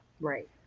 Right